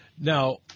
Now